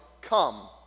come